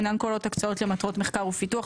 אינם כוללות הקצאות למטרות מחקר ופיתוח,